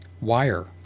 Wire